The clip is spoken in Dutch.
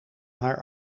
haar